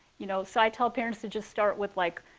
you know so i tell parents to just start with, like,